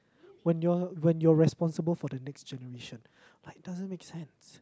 when you're when you're responsible for the next generation like it doesn't make sense